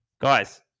guys